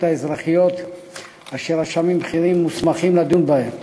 האזרחיות אשר רשמים בכירים מוסמכים לדון בהן